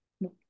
No